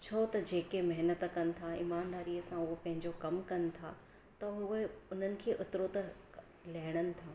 छो त जेके महनत कनि था ईमानदारीअ सां उहे पंहिंजो कमु कनि था त उहे उन्हनि खे ओतिरो त लहणनि था